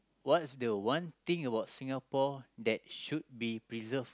what's the one thing about Singapore that should be preserved